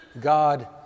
God